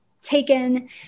taken